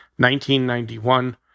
1991